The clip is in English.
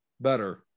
Better